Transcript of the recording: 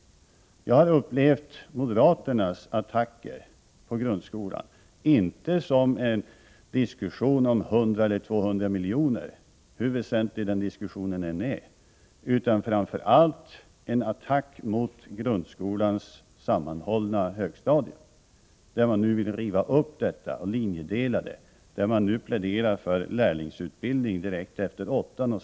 Jag har upplevt moderaternas attacker på grundskolan inte som en diskussion om 100 eller 200 miljoner — hur väsentlig den diskussionen än är — utan framför allt som attacker mot grundskolans sammanhållna högstadium. Moderaterna vill nu riva upp högstadiet och linjedela det. De pläderar också för lärlingsutbildning direkt efter årskurs 8.